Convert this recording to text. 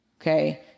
okay